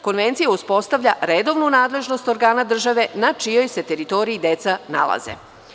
Konvencija uspostavlja redovnu nadležnost organa države na čijoj se teritoriji deca nalaze.